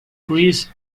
chris